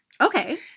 Okay